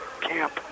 Camp